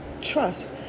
trust